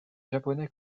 japonais